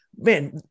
man